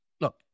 look